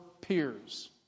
peers